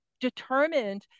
determined